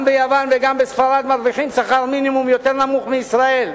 גם ביוון וגם בספרד מרוויחים שכר מינימום יותר נמוך מאשר בישראל.